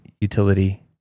utility